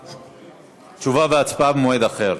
תשובה והצבעה במועד אחר.